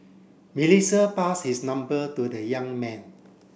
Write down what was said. Melissa pass his number to the young man